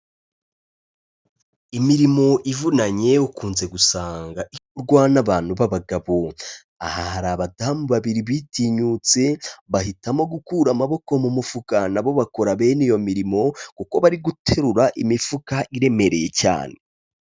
Imirimo ivunanye ukunze gusanga ikorwa n'abantu b'abagabo. Aha hari abadamu babiri bitinyutse bahitamo gukura amaboko mu mufuka na bo bakora bene iyo mirimo, kuko bari guterura imifuka iremereye cyane.